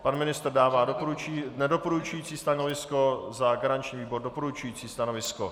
Pan ministr dává nedoporučující stanovisko, za garanční výbor je doporučující stanovisko.